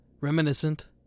reminiscent